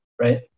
right